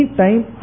time